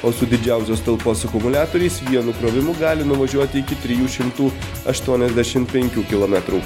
o su didžiausios talpos akumuliatoriais vienu krovimu gali nuvažiuoti iki trijų šimtų aštuoniasdešim penkių kilometrų